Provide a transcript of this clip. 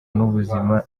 n’ubuzima